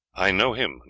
i know him,